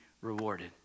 rewarded